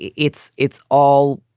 it's it's all.